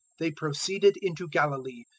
they proceeded into galilee,